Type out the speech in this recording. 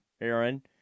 Aaron